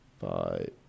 five